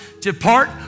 depart